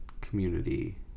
community